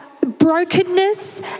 brokenness